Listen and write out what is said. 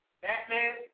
Batman